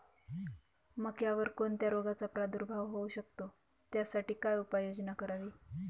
मक्यावर कोणत्या रोगाचा प्रादुर्भाव होऊ शकतो? त्याकरिता काय उपाययोजना करावी?